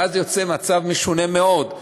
ואז יוצא מצב משונה מאוד,